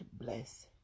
bless